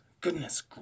goodness